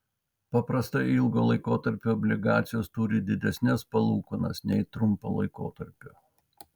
paprastai ilgo laikotarpio obligacijos turi didesnes palūkanas nei trumpo laikotarpio